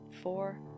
four